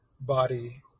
body